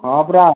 ହଁ ପୁରା